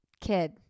kid